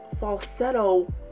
falsetto